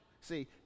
See